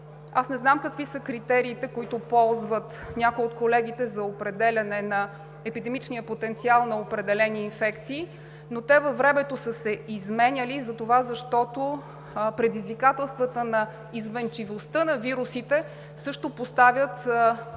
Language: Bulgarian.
Не знам какви са критериите, които ползват някои от колегите за определяне на епидемичния потенциал на определени инфекции, но те във времето са се изменяли, затова защото предизвикателствата на изменчивостта на вирусите също поставят нови